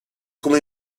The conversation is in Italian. come